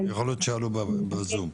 יכול להיות שיעלו בזום.